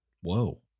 Whoa